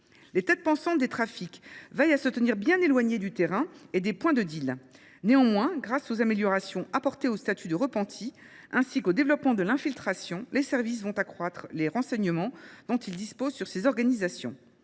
Les têtes pensantes des trafics veillent à se tenir bien éloignés du terrain et des points de deal. Néanmoins, grâce aux améliorations apportées au statut de repenti, ainsi qu'au développement de l'infiltration, les services vont accroître les renseignements dont ils disposent sur ces organisations.